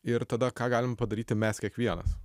ir tada ką galim padaryti mes kiekvienas